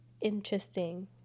interesting